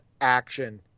action